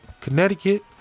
Connecticut